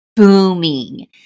booming